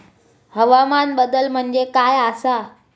हवामान बदल म्हणजे काय आसा?